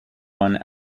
one